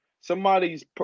Somebody's